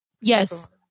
Yes